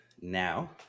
now